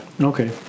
Okay